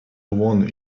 one